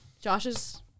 Josh's